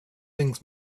things